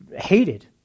hated